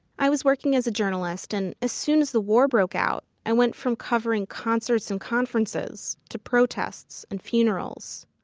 i was working as a journalist, and as soon as the war broke out i went from covering concerts and conferences to protests and funerals.